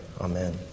Amen